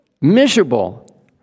Miserable